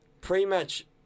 Pre-match